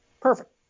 Perfect